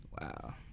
Wow